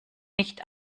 nicht